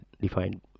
defined